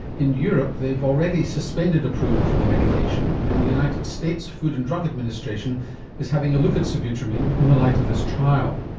in europe they've already suspended approval for the medication and the united states food and drug administration is having a look at sibutramine in the light of this trial.